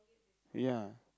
ya